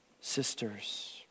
sisters